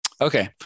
Okay